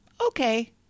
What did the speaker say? okay